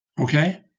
Okay